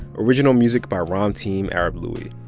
original music by ramtin arablouei.